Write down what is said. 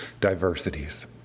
diversities